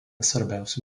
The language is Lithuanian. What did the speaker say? svarbiausių